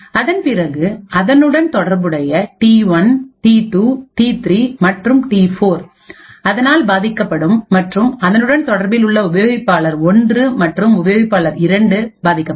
அதன் பிறகு அதனுடன் தொடர்புடைய T1T2T3 மற்றும் T4 அதனால் பாதிக்கப்படும் மற்றும் அதனுடன் தொடர்பில் உள்ள உபயோகிப்பாளர் ஒன்று மற்றும் உபயோகிப்பாளர் 2 பாதிக்கப்படும்